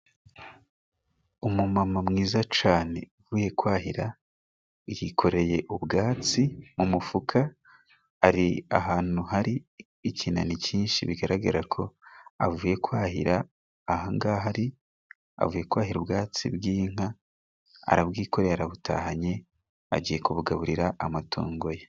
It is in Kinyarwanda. Umu mama mwiza cane uvuye kwahira yikoreye ubwatsi mu mufuka, ari ahantu hari ikinani cyinshi bigaragara ko avuye kwahira ahangaha ari, avuye kwahira ubwatsi bw'inka arabwikoreye arabutahanye agiye kubugaburira amatungo ye.